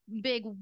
big